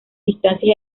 distancias